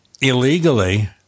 illegally